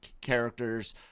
characters